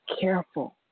careful